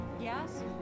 Yes